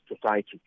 society